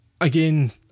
again